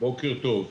בוקר טוב,